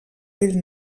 pell